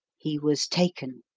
he was taken.